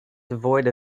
devoid